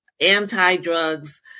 anti-drugs